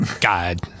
God